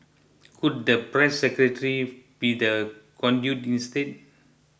could the press secretary be the conduit instead